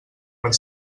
per